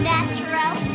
Natural